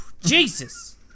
Jesus